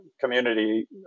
community